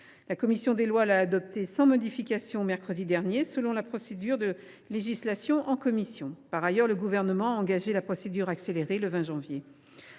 commission des lois l’a adopté, sans modification, mercredi dernier, selon la procédure de législation en commission. Par ailleurs, le Gouvernement a engagé la procédure accélérée le 20 janvier.